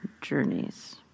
journeys